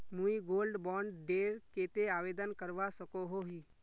मुई gold bond डेर केते आवेदन करवा सकोहो ही?